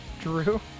Drew